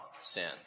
sin